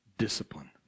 Discipline